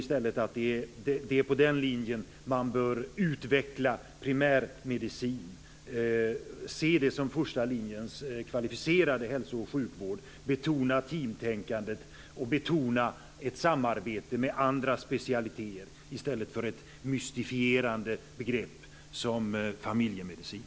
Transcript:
Jag tycker att det är efter den linjen man bör utveckla primärmedicinen och se den som den första linjens kvalificerade hälso och sjukvård där man betonar teamtänkande och ett samarbete med andra specialiteter i stället för att införa ett mystifierande begrepp som familjemedicin.